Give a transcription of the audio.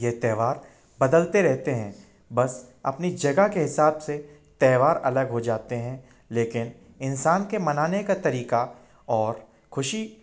ये त्यौहार बदलते रहते हैं बस अपनी जगह के हिसाब से त्यौहार अलग हो जाते हैं लेकिन इंसान के मनाने का तरीक़ा और ख़ुशी